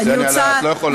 קסניה, את לא יכולה.